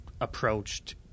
approached